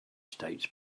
states